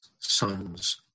sons